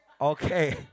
Okay